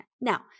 Now